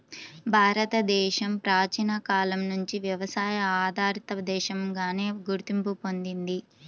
భారతదేశం ప్రాచీన కాలం నుంచి వ్యవసాయ ఆధారిత దేశంగానే గుర్తింపు పొందింది